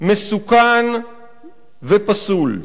מסוכן ופסול.